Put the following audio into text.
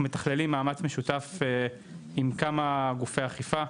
אנחנו מתכללים מאמץ משותף עם כמה גופי אכיפה,